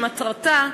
שמטרתה,